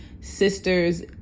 sisters